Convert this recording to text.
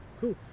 cool